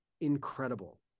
incredible